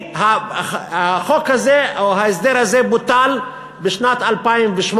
החוק הזה או ההסדר הזה בוטל בשנת 2008,